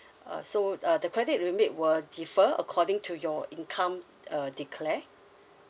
uh so uh the credit limit were differ according to your income uh declare